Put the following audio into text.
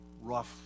rough